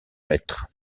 maître